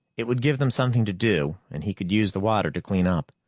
it would give them something to do and he could use the water to clean up.